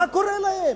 מה קורה להם?